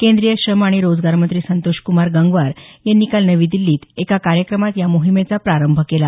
केंद्रीय श्रम आणि रोजगार मंत्री संतोष कुमार गंगवार यांनी काल नवी दिल्लीत एका कार्यक्रमात या मोहिमेचा प्रारंभ केला